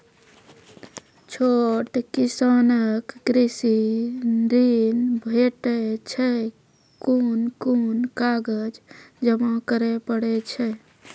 छोट किसानक कृषि ॠण भेटै छै? कून कून कागज जमा करे पड़े छै?